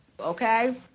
okay